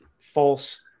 false